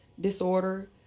disorder